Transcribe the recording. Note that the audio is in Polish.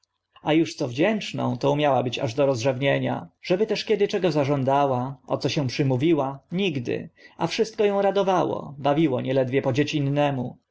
a uż co wdzięczną to umiała być aż do rozrzewnienia żeby też kiedy czego zażądała o co się przymówiła nigdy a wszystko ą radowało bawiło nieledwie po dziecinnemu